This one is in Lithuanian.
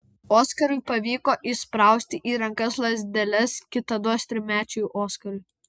oskarui pavyko įsprausti į rankas lazdeles kitados trimečiui oskarui